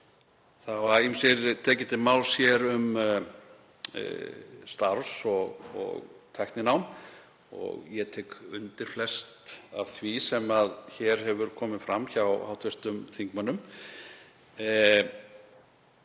hafa tekið til máls hér um starfs- og tækninám og ég tek undir flest af því sem hefur komið fram hjá hv. þingmönnum.